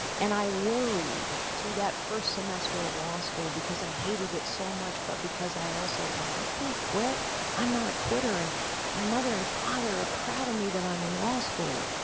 and i worried through that first semester of law school because i hated it so much but because i also thought i can't quit i'm not a quitter and my mother and father are proud of me that i'm in law school.